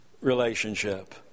relationship